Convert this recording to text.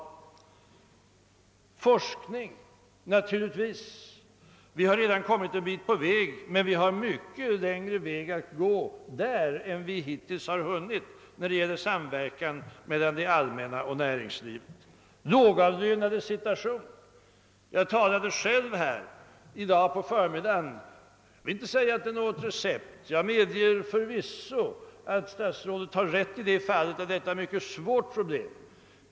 När det gäller forskningen har vi visserligen här i landet kommit en bit på väg, men vi har en mycket längre väg att gå när det gäller samverkan mellan det allmäna och näringslivet. Om de lågavlönades situation talade jag själv på förmiddagen. Jag vill inte påstå att jag gav något recept. Jag medger förvisso, att statsrådet har rätt när han säger att detta är ett mycket svårt problem.